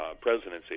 presidency